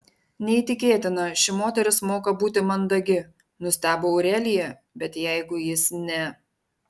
neįtikėtina ši moteris moka būti mandagi nustebo aurelija bet jeigu jis ne